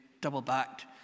double-backed